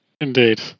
Indeed